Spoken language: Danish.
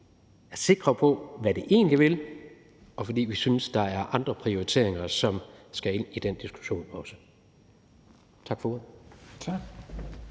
helt sikre på, hvad det egentlig vil, og fordi vi synes, at der er andre prioriteringer, som også skal ind i den diskussion. Tak for